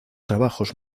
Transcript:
trabajos